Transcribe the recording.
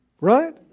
right